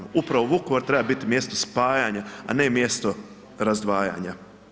Upravo Vukovar treba biti mjesto spajanja, a ne mjesto razdvajanja.